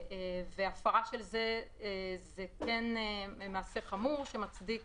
כשהפרה של זה היא מעשה חמור שמצדיק